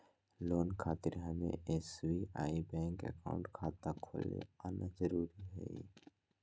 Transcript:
Loan खातिर हमें SBI bank account खाता खोल आना जरूरी है?